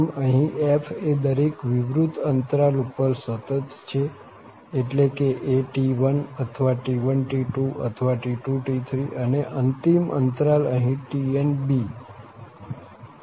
આમ અહીં f એ દરેક વિવૃત અંતરાલ ઉપર સતત છે એટલે કે at1 અથવા t1t2 અથવા t2t3 અને અંતિમ અંતરાલ અહીં tnb છે